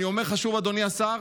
אני אומר לך שוב, אדוני השר: